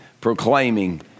proclaiming